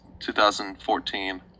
2014